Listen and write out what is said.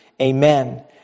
Amen